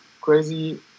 crazy